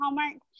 hallmark